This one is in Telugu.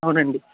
అవునండి